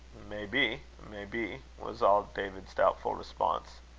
maybe, maybe, was all david's doubtful response.